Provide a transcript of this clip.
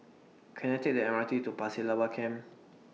Can I Take The M R T to Pasir Laba Camp